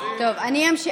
זה חבר שלך,